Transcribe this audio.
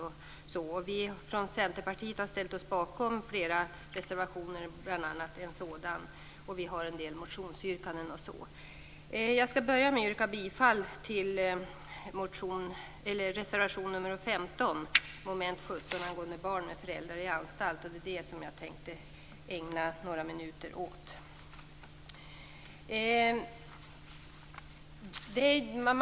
Vi i Centerpartiet står bakom flera reservationer, bl.a. en reservation på nämnda område. Vi har också en del motionsyrkanden. Jag vill inledningsvis yrka bifall till reservation nr 15 under mom. 17. Det gäller barn med föräldrar i anstalt. Det är den saken som jag tänker ägna några minuter åt.